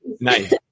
nice